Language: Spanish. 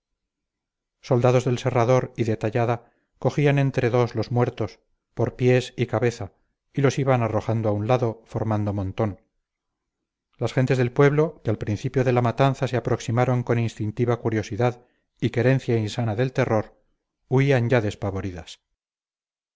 soldados del serrador y de tallada cogían entre dos los muertos por pies y cabeza y los iban arrojando a un lado formando montón las gentes del pueblo que al principio de la matanza se aproximaron con instintiva curiosidad y querencia insana del terror huían ya despavoridas